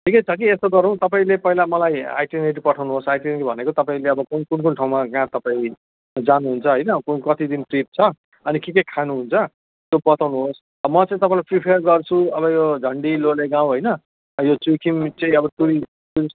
ठिकै छ कि यस्तो गरौँ तपाईँले पहिला मलाई आइटिनेररी पठाउनुहोस् आइटिनेररी भनेको तपाईँले अब कुन कुन कुन ठाउँमा कहाँ तपाईँ जानुहुन्छ होइन को कति दिन ट्रिप छ अनि के के खानुहुन्छ त्यो बताउनुहोस् अब म चाहिँ तपाईँलाई प्रिपेयर गर्छु अब यो झन्डी लोले गाउँ होइन यो चुइखिम चाहिँ अब टुरी टुरिस्ट